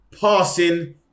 passing